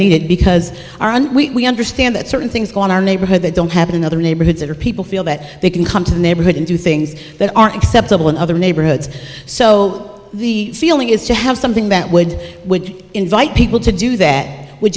needed because we understand that certain things on our neighborhood that don't happen in other neighborhoods or people feel that they can come to the neighborhood and do things that aren't acceptable in other neighborhoods so the feeling is to have something that would invite people to do that would